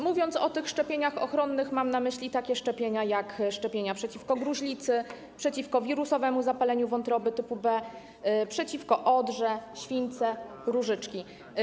Mówiąc o tych szczepieniach ochronnych, mam na myśli takie szczepienia jak szczepienia przeciwko gruźlicy, przeciwko wirusowemu zapaleniu wątroby typu B, przeciwko odrze, śwince, różyczce.